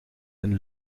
een